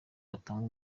watanga